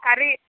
curry